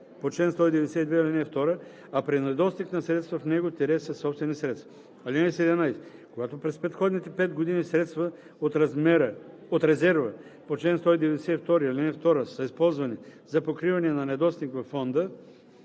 по чл. 192, ал. 2, а при недостиг на средства в него – със собствени средства. (17) Когато през предходните 5 години средства от резерва по чл. 192, ал. 2 са използвани за покриване на недостиг във фонда,